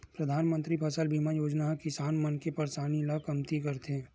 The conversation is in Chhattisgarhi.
परधानमंतरी फसल बीमा योजना ह किसान मन के परसानी ल कमती करथे